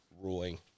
ruling